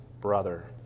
brother